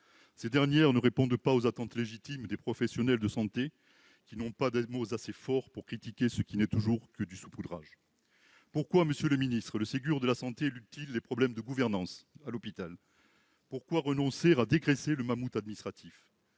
Ces dernières ne répondent pas aux attentes légitimes des professionnels de santé, qui n'ont pas de mots assez forts pour critiquer ce qui n'est toujours que du saupoudrage. Pourquoi le Ségur de la santé élude-t-il les problèmes de gouvernance à l'hôpital ? Pourquoi renoncer à « dégraisser le mammouth administratif »